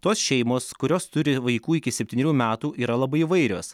tos šeimos kurios turi vaikų iki septynerių metų yra labai įvairios